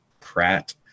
Pratt